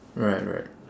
right right